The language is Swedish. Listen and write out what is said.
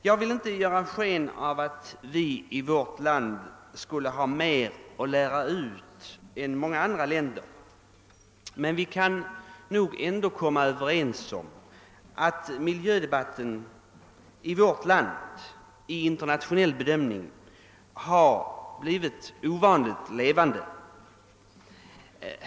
Jag vill inte ge sken av att vårt land skulle ha mera att lära ut än många andra länder, men vi kan nog vara överens om att miljödebatten i Sverige är ovanligt levande internationellt sett.